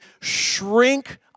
shrink